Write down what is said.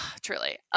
truly